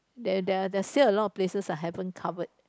there there are there are still a lot of places I haven't covered